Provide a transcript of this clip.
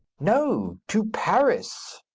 no, to paris.